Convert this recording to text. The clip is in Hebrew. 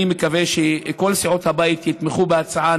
אני מקווה שכל סיעות הבית יתמכו בהצעה,